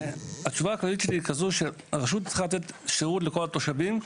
התשובה הכללית שלי היא שהרשות צריכה לתת שירות לכל התושבים,